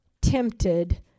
tempted